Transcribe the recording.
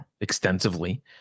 extensively